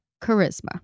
charisma